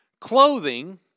clothing